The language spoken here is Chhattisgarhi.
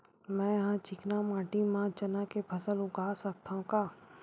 मै ह चिकना माटी म चना के फसल उगा सकथव का?